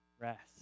rest